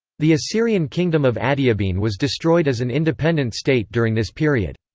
the assyrian kingdom of adiabene was destroyed as an independent state during this period.